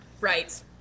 Right